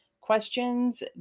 Questions